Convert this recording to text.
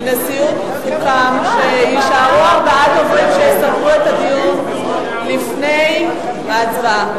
בנשיאות סוכם שיישארו ארבעה דוברים שיסכמו את הדיון לפני ההצבעה.